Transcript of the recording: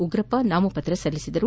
ಉಗ್ರಪ್ಪ ನಾಮಪತ್ರ ಸಲ್ಲಿಸಿದರು